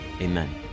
amen